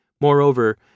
Moreover